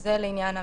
זה לעניין המסעדות.